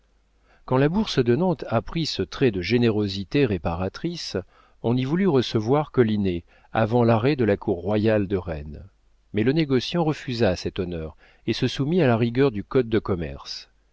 quand la bourse de nantes apprit ce trait de générosité réparatrice on y voulut recevoir collinet avant l'arrêt de la cour royale de rennes mais le négociant refusa cet honneur et se soumit à la rigueur du code de commerce